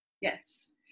Yes